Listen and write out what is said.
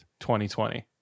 2020